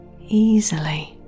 easily